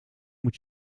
moet